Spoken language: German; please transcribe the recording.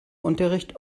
unterricht